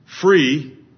free